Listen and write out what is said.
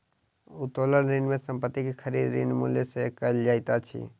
उत्तोलन ऋण में संपत्ति के खरीद, ऋण मूल्य सॅ कयल जाइत अछि